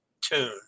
tune